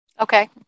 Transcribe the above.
Okay